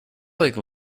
like